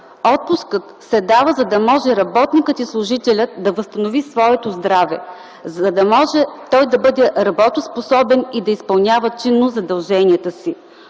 Отпускът се дава, за да може работникът и служителят да възстанови своето здраве, за да може той да бъде работоспособен и да изпълнява чинно задълженията си.